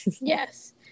Yes